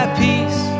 peace